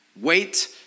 Wait